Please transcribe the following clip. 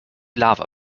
lava